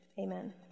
Amen